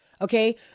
Okay